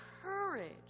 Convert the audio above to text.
courage